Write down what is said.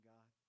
God